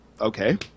okay